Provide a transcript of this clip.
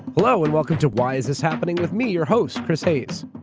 hello, and welcome to why is this happening with me your host, chris hayes.